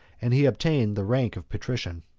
and he obtained the rank of patrician.